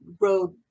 road